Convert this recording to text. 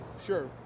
Sure